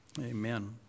Amen